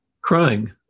crying